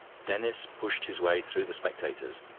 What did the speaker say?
denis pushed his way through the spectators.